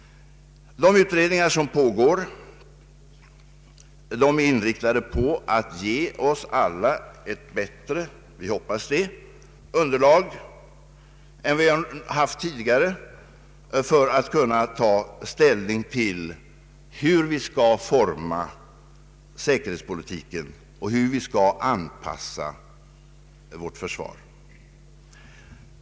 De utredningar som pågår är inriktade på att ge oss alla ett, som vi hoppas, bättre underlag än tidigare för att kunna ta ställning till hur vi skall utforma säkerhetspolitiken och hur vi skall anpassa vårt försvar.